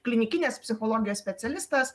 klinikinės psichologijos specialistas